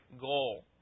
goal